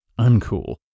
uncool